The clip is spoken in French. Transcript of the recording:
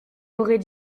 aurait